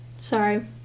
sorry